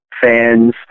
Fans